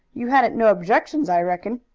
you hadn't no objections, i reckon?